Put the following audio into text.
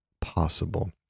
possible